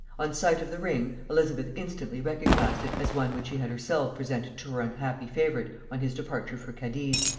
on sight of the ring, elizabeth instantly recognised it as one which she had herself presented to her unhappy favorite on his departure for cadiz,